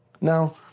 Now